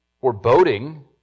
foreboding